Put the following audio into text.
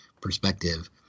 perspective